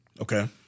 Okay